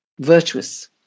virtuous